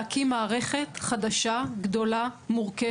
דורש מהבנקים להקים מערכת חדשה, גדולה, מורכבת.